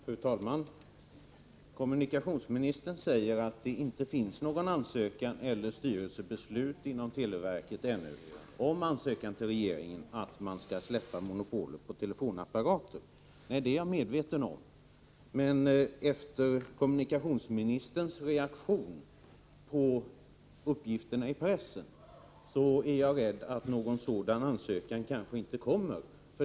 Fru talman! Kommunikationsministern säger att det inte finns någon ansökan eller något styrelsebeslut inom televerket om ansökan till regeringen att släppa monopolet på telefonapparater. Nej, det är jag medveten om, men efter kommunikationsministerns reaktion på uppgifterna i pressen är jag rädd att någon sådan ansökan kanske inte kommer.